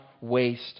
waste